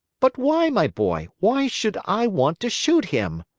but why, my boy, why should i want to shoot him?